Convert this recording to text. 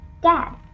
Dad